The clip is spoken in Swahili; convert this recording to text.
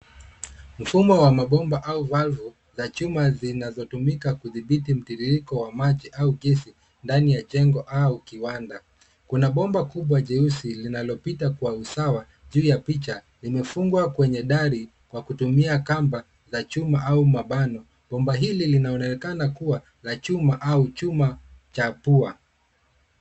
Mfumo wa mabomba au valvu la chuma zinazo tumika kudhibiti mtiririko wa maji au gesi ndani ya jengo au kiwanda. Kuna bomba kubwa jeusi linalopita kwa usawa juu ya picha limefungwa kwenye dari kwa kutumia kamba la chuma au mabano kwamba hili linaonekana kuwa la chuma au chuma cha pua.